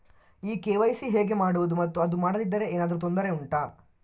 ಈ ಕೆ.ವೈ.ಸಿ ಹೇಗೆ ಮಾಡುವುದು ಮತ್ತು ಅದು ಮಾಡದಿದ್ದರೆ ಏನಾದರೂ ತೊಂದರೆ ಉಂಟಾ